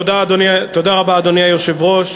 תודה, אדוני, תודה רבה, אדוני היושב-ראש.